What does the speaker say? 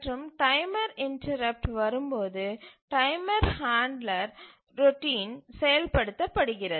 மற்றும் timer interrupt வரும்போது timer handler routine செயல்படுத்தப்படுகிறது